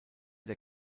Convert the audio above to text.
der